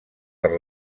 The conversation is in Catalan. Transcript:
per